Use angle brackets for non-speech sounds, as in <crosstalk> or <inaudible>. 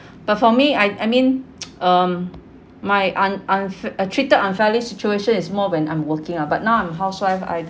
but for me I I mean <noise> um my un~ unf~ uh treated unfairly situation is more when I'm working ah but now I'm housewife I